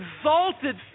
exalted